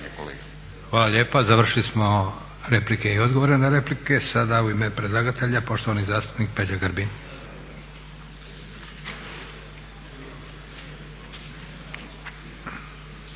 Hvala lijepa. Završili smo replike i odgovore na replike. Sada u ime predlagatelja poštovani zastupnik Peđa Grbin.